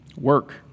Work